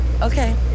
okay